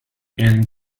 and